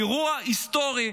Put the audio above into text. אירוע היסטורי.